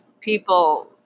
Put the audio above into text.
people